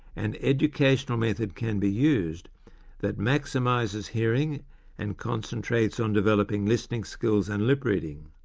an educational method can be used that maximises hearing and concentrates on developing listening skills and lipreading.